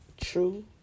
true